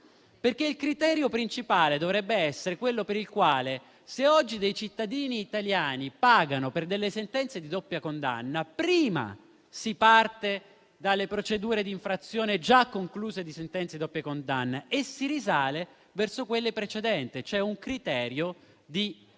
il criterio principale dovrebbe essere quello per il quale, se oggi dei cittadini italiani pagano per delle sentenze di doppia condanna, prima si parte dalle procedure di infrazione già concluse di sentenza di doppia condanna, e poi si risale verso quelle precedenti, cioè con un criterio di